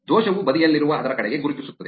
ದೋಷವು ಬದಿಯಲ್ಲಿರುವ ಅದರ ಕಡೆಗೆ ಗುರುತಿಸುತ್ತದೆ